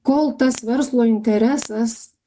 kol tas verslo interesas